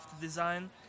design